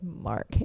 Mark